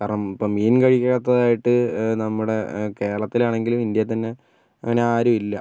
കാരണം ഇപ്പോൾ മീൻ കഴിക്കാത്തതായിട്ട് നമ്മുടെ കേരളത്തിലാണെങ്കിലും ഇന്ത്യയിൽ തന്നെ അങ്ങനെ ആരും ഇല്ല